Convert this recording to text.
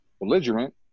belligerent